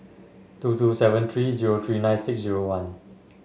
two two seven three zero three nine six zero one